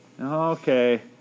Okay